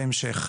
בהמשך.